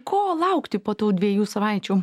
ko laukti po tų dviejų savaičių